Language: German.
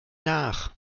nach